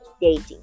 dating